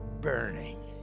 burning